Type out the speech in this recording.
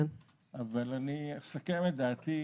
אני אסכם את דעתי,